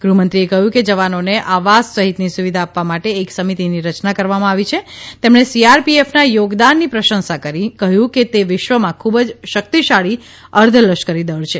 ગૃહ્મંત્રીએ કહ્યું કે જવાનોને આવાસ સહિતની સુવિધા આપવા માટે એક સમિતિની રચના કરવામાં આવી છે તેમણે સીઆરપીએફના યોગદાનની પ્રશંસા કરી કહ્યું કે તે વિશ્વમાં ખૂબ જ શક્તિશાળી અર્ધલશ્કરી દળ છે